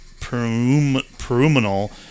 Peruminal